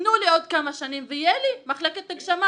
תנו לנו עוד כמה שנים ותהיה לנו מחלקת הגשמה.